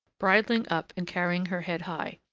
bridling up and carrying her head high.